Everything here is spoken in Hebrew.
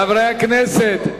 חברי הכנסת,